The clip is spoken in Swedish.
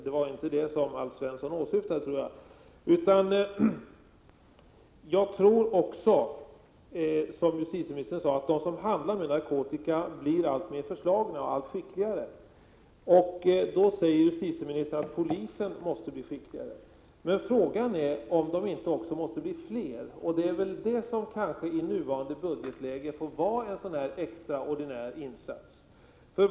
Det var inte heller det som Alf Svensson åsyftade: Jag tror också, som justitieministern sade, att de som handlar med narkotika blir alltmer förslagna och allt skickligare. Justitieministern säger då att polisen måste bli skickligare. Frågan är emellertid om poliserna inte också måste bli flera. Det är väl sådant som i nuvarande budgetläge får vara en extraordinär insats.